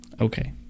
Okay